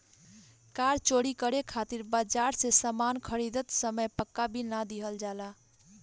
कार चोरी करे खातिर बाजार से सामान खरीदत समय पाक्का बिल ना लिहल जाला